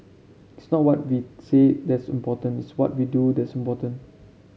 it's not what we say that's important it's what we do that's important